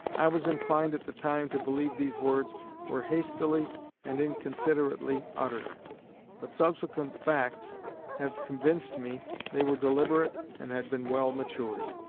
i was inclined at the time to believe these words were hastily and inconsiderately uttered but subsequent facts have convinced me they were deliberate and had been well matured.